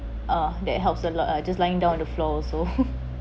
uh that helps a lot ah just lying down on the floor also